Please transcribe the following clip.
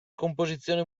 composizione